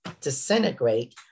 disintegrate